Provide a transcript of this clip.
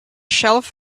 shelf